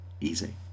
easy